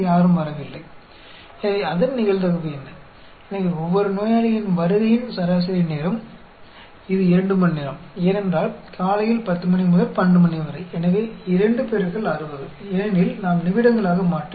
इसलिए प्रत्येक रोगी के आने का औसत समय 2 घंटे है वह सुबह 10 से 12 बजे तक है इसलिए 2 60 क्योंकि हम मिनटों में परिवर्तित कर रहे हैं 10 से विभाजित करें तो यह आपको 12 मिनट देता है